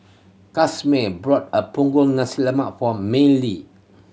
Casimer brought a Punggol Nasi Lemak for Mellie